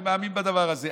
אני מאמין בדבר הזה.